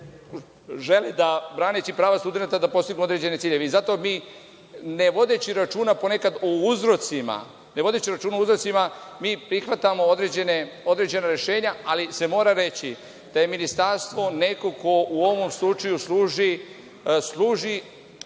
žele, da braneći prava studenata da postignu određene ciljeve. Zato mi, ne vodiće računa ponekad o uzrocima, mi prihvatamo određena rešenja, ali se mora reći da je Ministarstvo neko ko u ovom slučaju služi